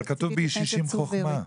אבל כתוב בישישים חכמה.